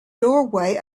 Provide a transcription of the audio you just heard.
doorway